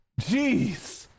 Jeez